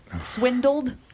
swindled